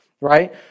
Right